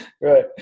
right